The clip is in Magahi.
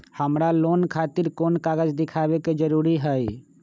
हमरा लोन खतिर कोन कागज दिखावे के जरूरी हई?